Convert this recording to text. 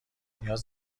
نیاز